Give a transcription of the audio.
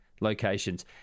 locations